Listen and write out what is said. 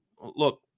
look